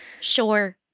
sure